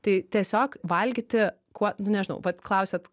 tai tiesiog valgyti kuo nežinau vat klausiat